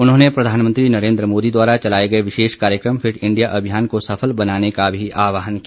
उन्होंने प्रधानमंत्री नरेंद्र मोदी द्वारा चलाए गए विशेष कार्यक्रम फिट इंडिया अभियान को सफल बनाने का भी आह्वान किया